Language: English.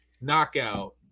knockout